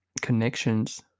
connections